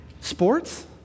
sports